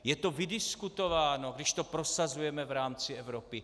Je to vydiskutováno, když to prosazujeme v rámci Evropy?